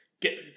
Get